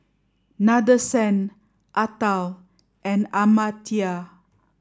Nadesan Atal and Amartya